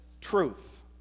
truth